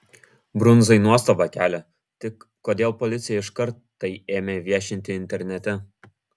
brundzai nuostabą kelia tik kodėl policija iškart tai ėmė viešinti internete